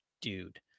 dude –